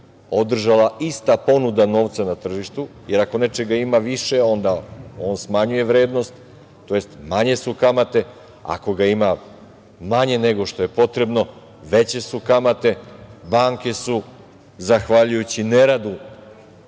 održala ista ponuda novca na tržištu, jer ako nečega ima više, onda on smanjuje vrednost, tj. manje su kamate, ako ga ima manje nego što je potrebno veće su kamate. Banke su, zahvaljujući neradu